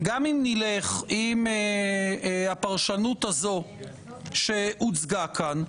אם נלך עם הפרשנות הזו שהוצגה כאן,